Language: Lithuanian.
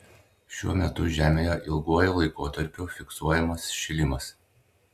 šiuo metu žemėje ilguoju laikotarpiu fiksuojamas šilimas